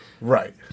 Right